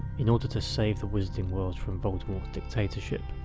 in order to save the wizarding world from voldemort's dictatorship,